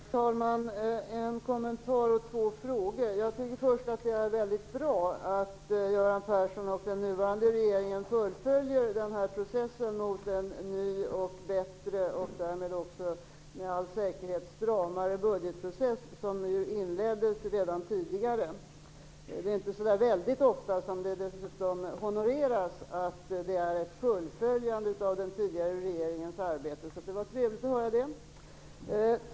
Herr talman! Jag har en kommentar och två frågor. Till att börja med tycker jag att det var väldigt bra att Göran Persson och den nuvarande regeringen fullföljer arbetet med en ny och bättre uppföljning och därmed också med all säkerhet en stramare budgetprocess, som ju inleddes redan tidigare. Det är inte så ofta som det honoreras att det är fråga om ett fullföljande av den tidigare regeringens arbete. Det var trevligt att höra det.